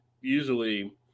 usually